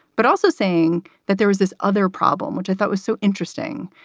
but also saying that there was this other problem, which i thought was so interesting,